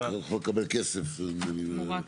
הוא יכול לקבל כסף, אם אני מבין נכון.